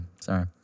Sorry